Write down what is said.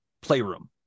playroom